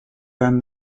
than